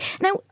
now